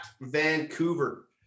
vancouver